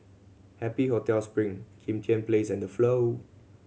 Happy Hotel Spring Kim Tian Place and The Flow